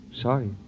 Sorry